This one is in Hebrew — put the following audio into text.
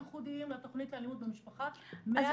ייחודיים לתכנית לאלימות במשפחה -- אז